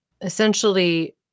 essentially